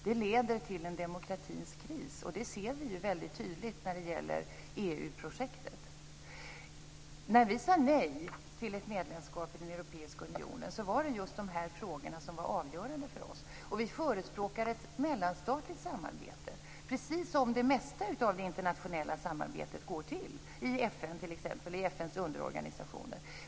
Det leder till en demokratins kris, och det ser vi ju väldigt tydligt när det gäller EU När vi sade nej till ett medlemskap i den europeiska unionen var det just dessa frågor som var avgörande för oss. Vi förespråkar ett mellanstatligt samarbete, på precis det sätt som det mesta av det internationella samarbetet går till i t.ex. FN och FN:s underorganisationer.